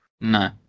No